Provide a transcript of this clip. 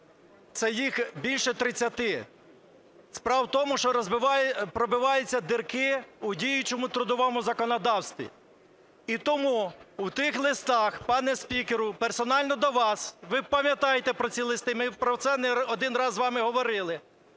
це їх більше 30. Справа в тому, що пробиваються дірки у діючому трудовому законодавстві. І тому в тих листах, пане спікере, персонально до вас, ви пам'ятаєте про ці листи, ми про це не один раз з вами говорили,